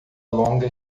longa